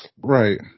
Right